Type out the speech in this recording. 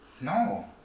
No